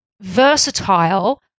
versatile